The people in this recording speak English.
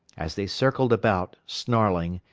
as they circled about, snarling,